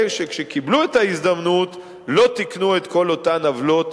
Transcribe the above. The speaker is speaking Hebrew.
שכשקיבלו את ההזדמנות לא תיקנו את כל אותן עוולות